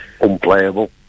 unplayable